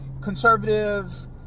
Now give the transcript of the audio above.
conservative